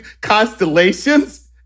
constellations